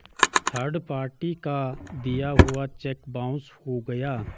third party का दिया हुआ चेक बाउंस हो गया